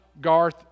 Garth